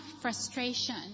frustration